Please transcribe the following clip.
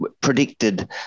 predicted